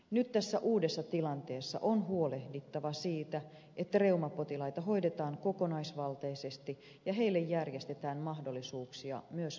nyt tässä uudessa tilanteessa on huolehdittava siitä että reumapotilaita hoidetaan kokonaisvaltaisesti ja heille järjestetään mahdollisuuksia myös vertaistukeen